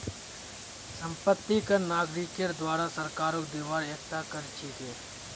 संपत्ति कर नागरिकेर द्वारे सरकारक दिबार एकता कर छिके